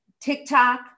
TikTok